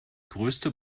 größte